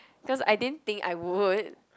cause I didn't think I would